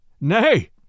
Nay